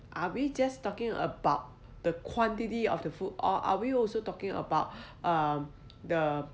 are we just talking about the quantity of the food or are we also talking about um the